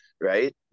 Right